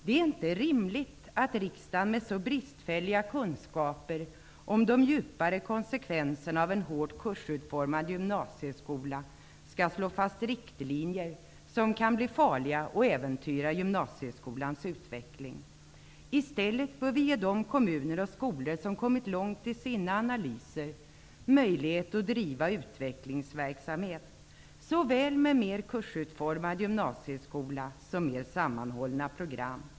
Det är inte rimligt att riksdagen med så bristfälliga kunskaper om den djupare konsekvensen av en hårt kursutformad gymnasieskola slår fast riktlinjer som kan bli farliga för gymnasieskolans utveckling. I stället bör vi ge de kommuner och skolor som kommit långt i sina analyser möjlighet att driva utvecklingsverksamhet såväl med mer kursutformad gymnasieskola som mer sammanhållna program.